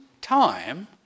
time